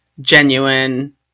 genuine